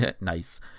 nice